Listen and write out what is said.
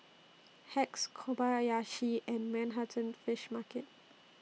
Hacks Kobayashi and Manhattan Fish Market